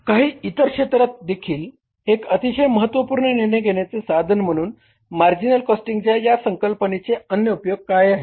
काही इतर क्षेत्रात देखील एक अतिशय महत्त्वपूर्ण निर्णय घेण्याचे साधन म्हणून मार्जिनल कॉस्टिंगच्या या संकल्पनेचे अन्य उपयोग काय आहेत